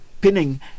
pinning